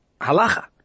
Halacha